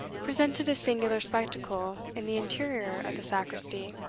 presented a singular spectacle in the interior of the sacristy.